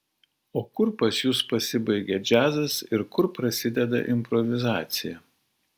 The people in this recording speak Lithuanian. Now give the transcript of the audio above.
o kur pas jus pasibaigia džiazas ir kur prasideda improvizacija